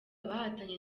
bahatanye